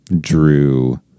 drew